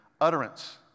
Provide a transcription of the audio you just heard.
utterance